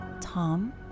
Tom